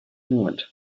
england